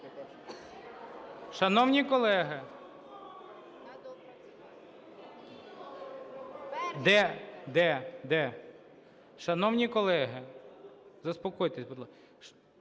колеги… Шановні колеги, заспокойтесь, будь ласка.